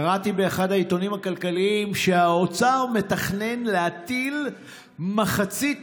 קראתי באחד מהעיתונים הכלכליים שהאוצר מתכנן להטיל מחצית